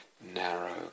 narrow